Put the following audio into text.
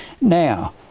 Now